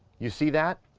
you see that,